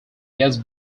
yes